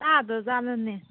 ꯇꯥꯗ꯭ꯔꯖꯥꯠꯂꯅꯦ